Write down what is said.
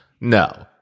No